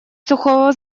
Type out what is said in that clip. сухого